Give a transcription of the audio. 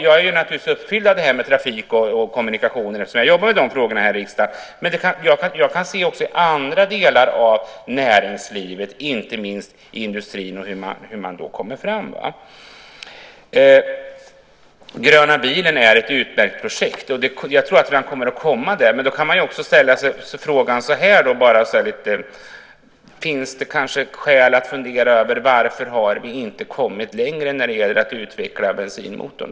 Jag är naturligtvis uppfylld av frågor om trafik och kommunikationer eftersom jag jobbar med de frågorna här i riksdagen, men jag kan se också andra delar av näringslivet, inte minst industrin, och hur man där kommer fram. Gröna bilen är ett utmärkt projekt. Men man kan ställa sig frågan: Finns det skäl att fundera över varför vi inte har kommit längre när det gäller att utveckla bensinmotorn?